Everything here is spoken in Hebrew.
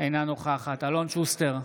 אינה נוכחת אלון שוסטר,